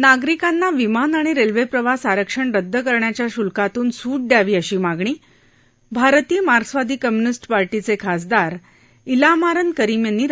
नागरिकांना विमान आणि रख्विप्रवास आरक्षण रद्द करण्याच्या शुल्कातून सु द्यावी अशी मागणी भारतीय मार्क्सवादी कम्युनिस्त्पार्शीवखासदार ज्ञामारन करीम यांनी राज्यसभाविक्ली